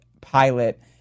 pilot